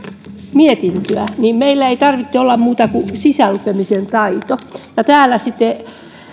mietintöä niin meillä ei tarvitse olla muuta kuin sisälukemisen taito täällä